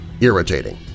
irritating